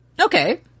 Okay